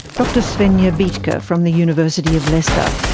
dr svenja bethke ah from the university of leicester.